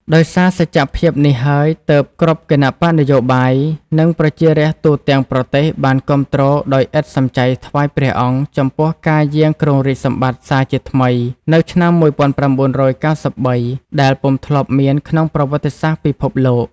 ដោយសារសច្ចភាពនេះហើយ ទើបគ្រប់គណបក្សនយោបាយ និងប្រជារាស្ត្រទូទាំងប្រទេសបានគាំទ្រដោយឥតសំចៃថ្វាយព្រះអង្គចំពោះការយាងគ្រងរាជសម្បត្តិសារជាថ្មីនៅឆ្នាំ១៩៩៣ ដែលពុំធ្លាប់មានក្នុងប្រវត្តិសាស្ត្រពិភពលោក។